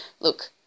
Look